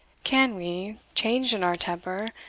can we, changed in our temper,